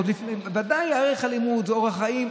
ודאי ערך הלימוד הוא אורח חיים,